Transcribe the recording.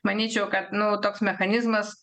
manyčiau kad nu toks mechanizmas